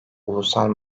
ulusal